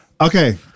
okay